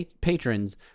patrons